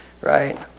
Right